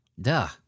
Duh